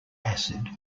acid